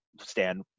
stand